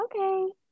Okay